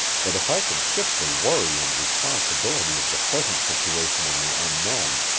but if i could shift the worry and responsibility of the present situation on the unknown,